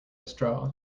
straw